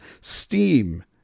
steam